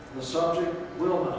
the subject will